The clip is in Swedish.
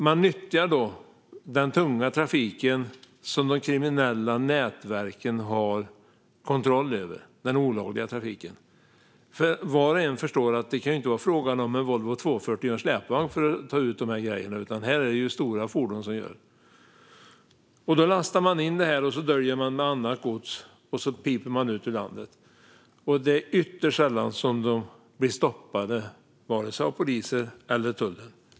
Man nyttjar den tunga olagliga trafik som de kriminella nätverken har kontroll över. Var och en förstår att det inte kan vara fråga om en Volvo 240 och en släpvagn som tar ut grejerna, utan det är stora fordon som gör detta. Man lastar in dem och döljer med annat gods, och så piper man ut ur landet. Det är ytterst sällan de blir stoppade av polisen eller tullen.